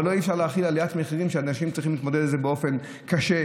אבל אי-אפשר להכיל עליית מחירים שאנשים צריכים להתמודד איתה באופן קשה,